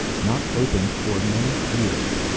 not opened for many years,